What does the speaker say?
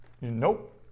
nope